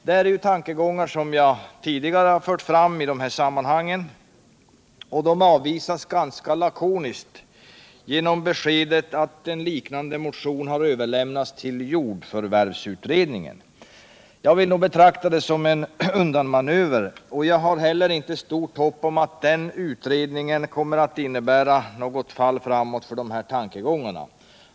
Detta är tankegångar som jag tidigare fört fram i de här sammanhangen. De avvisas ganska lakoniskt genom beskedet att en liknande motion har överlämnats till jordförvärvsutredningen. Jag vill nog betrakta det som en undanmanöver, och jag har heller inte stort hopp om att den utredningen kommer att innebära något fall framåt för dessa tankegångar.